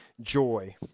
joy